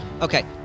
Okay